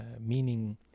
Meaning